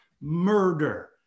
Murder